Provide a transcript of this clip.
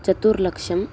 चतुर्लक्षम्